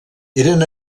eren